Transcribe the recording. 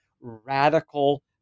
radical